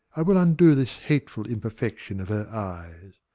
i will undo this hateful imperfection of her eyes.